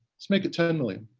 let's make it ten million.